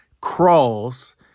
Crawls